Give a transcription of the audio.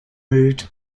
moved